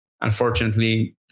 unfortunately